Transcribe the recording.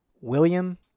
William